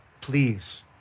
please